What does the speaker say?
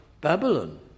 Babylon